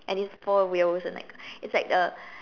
and it's four wheels and like it's like a